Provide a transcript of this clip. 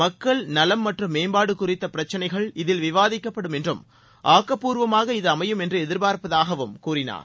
மக்கள் நலம் மற்றும் மேம்பாடு குறித்த பிரச்சிளைகள் இதில் விவாதிக்கப்படும் என்றும் ஆக்கப்பூர்வமாக இது அமையும் என்று எதிர்பார்ப்பதாகவும் கூறினார்